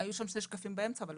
אנחנו בין המתקדמים אם לא